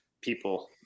people